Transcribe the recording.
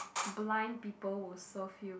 blind people will serve you